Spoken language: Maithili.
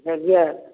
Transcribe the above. बुझलियै